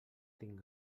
tinc